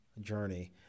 journey